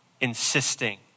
insisting